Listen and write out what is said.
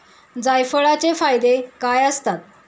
जायफळाचे फायदे काय असतात?